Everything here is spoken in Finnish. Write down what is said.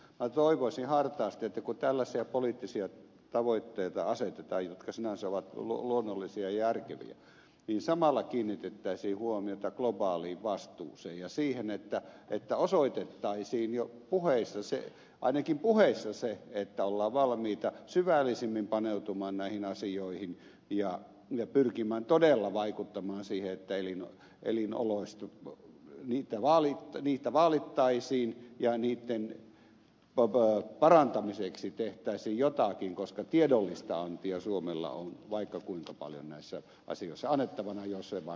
minä toivoisin hartaasti että kun tällaisia poliittisia tavoitteita asetetaan jotka sinänsä ovat luonnollisia ja järkeviä niin samalla kiinnitettäisiin huomiota globaaliin vastuuseen ja siihen että osoitettaisiin jo puheissa se ainakin puheissa se että ollaan valmiita syvällisemmin paneutumaan näihin asioihin ja pyrkimään todella vaikuttamaan siihen että elina elinoloista voi niitä vaalii elinoloja vaalittaisiin ja niitten parantamiseksi tehtäisiin jotakin koska tiedollista antia suomella on vaikka kuinka paljon näissä asioissa annettavana jos se vain kanavoidaan oikein